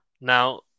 Now